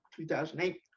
2008